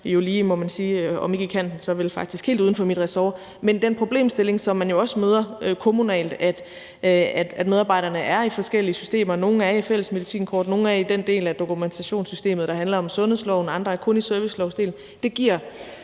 jo lige, må man sige, i kanten af eller faktisk rettere helt uden for mit ressort. Men den problemstilling, som man jo også møder kommunalt, nemlig at medarbejderne bruger forskellige systemer – nogle bruger Fælles Medicinkort, nogle bruger den del af dokumentationssystemet, der handler om sundhedsloven, og andre bruger kun servicelovdelen – giver